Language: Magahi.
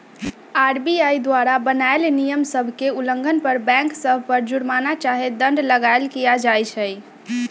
आर.बी.आई द्वारा बनाएल नियम सभ के उल्लंघन पर बैंक सभ पर जुरमना चाहे दंड लगाएल किया जाइ छइ